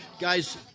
Guys